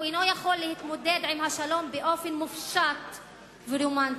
הוא אינו יכול להתמודד עם השלום באופן מופשט ורומנטי.